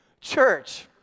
church